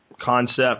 concept